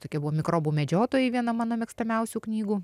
tokia buvo mikrobų medžiotojai viena mano mėgstamiausių knygų